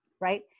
right